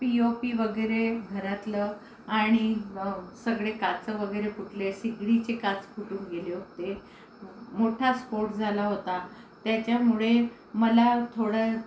POP वगैरे घरातलं आणि सगळे काचा वगैरे फुटल्या शेगडीचे काच फुटून गेले होते मोठा स्फोट झाला होता त्याच्यामुळे मला थोडं